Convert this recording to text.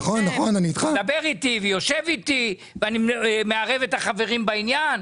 מדבר איתי ויושב איתי ואני מערב את החברים בעניין.